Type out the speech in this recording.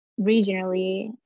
regionally